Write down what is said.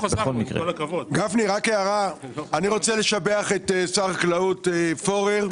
אני רוצה לשבח את שר החקלאות פורר.